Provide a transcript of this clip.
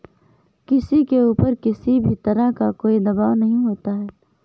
किसी के ऊपर किसी भी तरह का कोई दवाब नहीं होता है